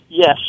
Yes